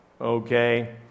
okay